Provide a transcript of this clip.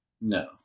No